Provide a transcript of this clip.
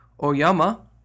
Oyama